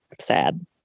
Sad